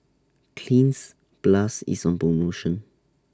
Cleanz Plus IS on promotion